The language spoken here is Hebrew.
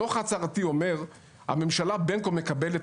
הדוח ההצהרתי אומר שהממשלה בין כה מקבלת